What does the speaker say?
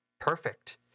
Perfect